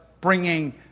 bringing